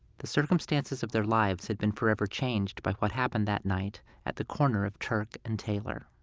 the circumstances of their lives had been forever changed by what happened that night at the corner of turk and taylor.